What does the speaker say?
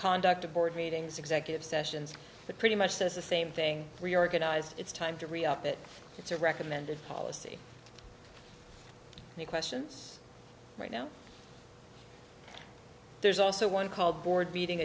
conduct a board meetings executive sessions that pretty much says the same thing reorganized it's time to read up that it's a recommended policy questions right now there's also one called board meeting